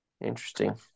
Interesting